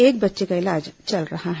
एक बच्चे का इलाज चल रहा है